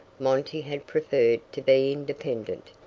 monty had preferred to be independent.